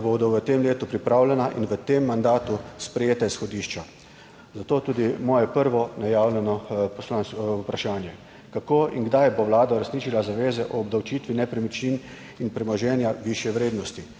bodo v tem letu pripravljena in v tem mandatu sprejeta izhodišča. Zato tudi moje prvo najavljeno poslansko vprašanje: Kako in kdaj bo vlada uresničila zaveze o obdavčitvi nepremičnin in premoženja višje vrednosti?